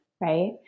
right